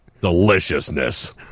deliciousness